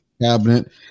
cabinet